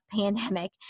pandemic